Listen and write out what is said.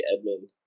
Edmund